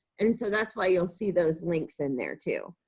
and so that's why you'll see those links in there too.